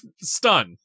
stun